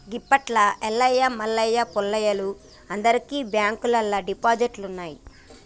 గిప్పట్ల ఎల్లయ్య మల్లయ్య పుల్లయ్యలు అందరికి బాంకుల్లల్ల డిపాజిట్లున్నయ్